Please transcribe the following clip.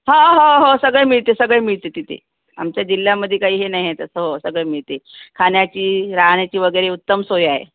हो हो हो सगळ मिळते सगळ मिळते तिथे आमच्या जिल्ह्यामध्ये काही हे नाहीय तसं हो सगळं मिळते खाण्याची राहण्याची वगैरे उत्तम सोय आहे